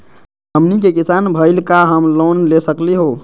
हमनी के किसान भईल, का हम लोन ले सकली हो?